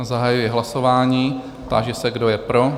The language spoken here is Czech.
Zahajuji hlasování, táži se, kdo je pro?